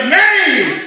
name